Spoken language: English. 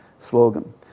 slogan